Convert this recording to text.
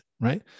right